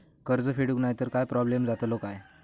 कर्ज फेडूक नाय तर काय प्रोब्लेम जाता?